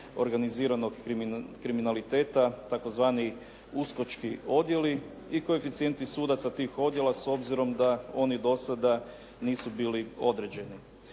organiziranog kriminaliteta, tzv. uskočki odjeli i koeficijenti sudaca tih odjela s obzirom da oni do sada nisu bili određeni.